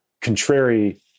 contrary